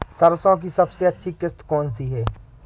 सरसो की सबसे अच्छी किश्त कौन सी है?